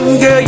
Girl